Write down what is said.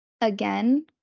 Again